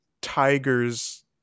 tigers